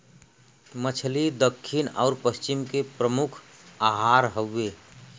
मछली दक्खिन आउर पश्चिम के प्रमुख आहार हउवे